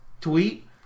tweet